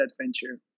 adventure